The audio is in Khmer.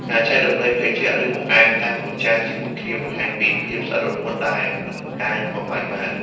ការចែករំលែកភេសជ្ជៈ ឬបង្អែមតែមួយចានជាមួយគ្នា បង្ហាញពីភាពស្អិតរមួតដែលមិនអាចបំបែកបាន។